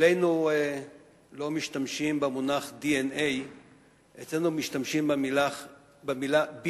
אצלנו לא משתמשים במונח DNA אצלנו משתמשים במלה BNA,